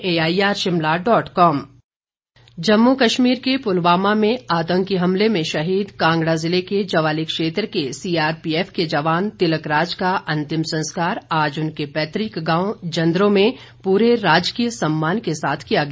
अंतिम संस्कार जम्मू कश्मीर के पुलवामा में आतंकी हमले में शहीद कांगड़ा जिले के ज्वाली क्षेत्र के सीआरपीएफ के जवान तिलकराज का अंतिम संस्कार आज उनके पैतुक गांव जन्द्रो में पूरे राजकीय सम्मान के साथ किया गया